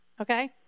okay